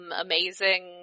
amazing